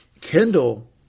Kendall